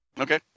Okay